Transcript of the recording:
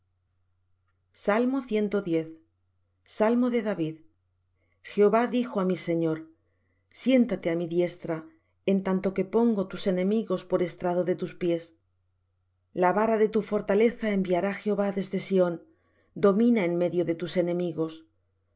salmo de david jehova dijo á mi señor siéntate á mi diestra en tanto que pongo tus enemigos por estrado de tus pies la vara de tu fortaleza enviará jehová desde sión domina en medio de tus enemigos